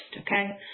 okay